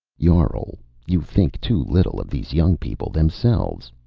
jarl, you think too little of these young people themselves,